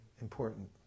important